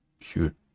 shoot